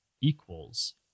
equals